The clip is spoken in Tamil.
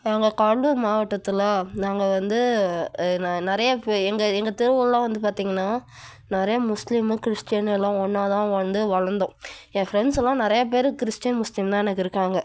நாங்கள் கடலூர் மாவட்டத்தில் நாங்கள் வந்து நிறைய இப்போ எங்க எங்க தெருவிலலாம் வந்து பார்த்தீங்கன்னா நிறையா முஸ்லீம்மு கிறிஸ்ட்டினு எல்லாம் ஒன்றா தான் வந்து வளர்ந்தோம் என் ஃப்ரெண்ட்ஸெல்லாம் நிறையா பேர் கிறிஸ்ட்டின் முஸ்லீம் தான் எனக்கு இருக்காங்க